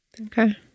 Okay